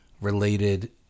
related